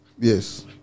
Yes